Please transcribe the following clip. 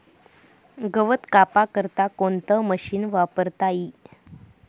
गवत कापा करता कोणतं मशीन वापरता ई?